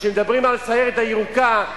כשמדברים על הסיירת הירוקה,